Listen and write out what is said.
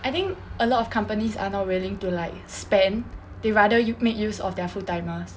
I think a lot of companies are not willing to like spend they rather you make use of their full-timers